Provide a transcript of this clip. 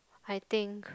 I think